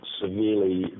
severely